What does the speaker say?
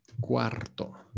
cuarto